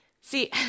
See